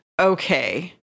Okay